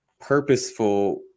purposeful